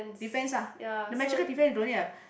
defence ah the magical defence you don't need a